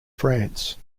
france